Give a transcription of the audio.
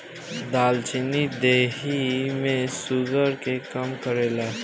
दालचीनी देहि में शुगर के कम करेला